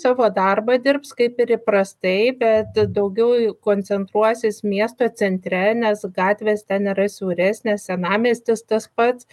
savo darbą dirbs kaip ir įprastai bet daugiau koncentruosis miesto centre nes gatvės ten yra siauresnės senamiestis tas pats